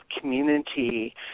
community